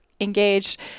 engaged